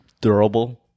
Durable